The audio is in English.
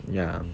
ya